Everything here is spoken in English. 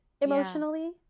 emotionally